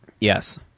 Yes